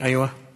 ההצעה